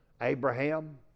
Abraham